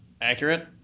Accurate